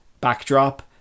backdrop